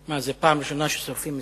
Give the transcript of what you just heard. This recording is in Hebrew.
מה, זאת הפעם הראשונה ששורפים מסגד?